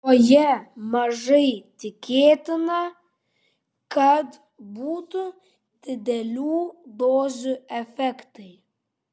joje mažai tikėtina kad būtų didelių dozių efektai